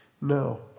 no